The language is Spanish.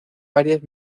varias